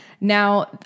Now